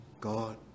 God